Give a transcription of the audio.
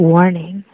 Warning